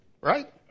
right